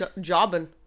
jobbing